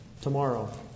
Tomorrow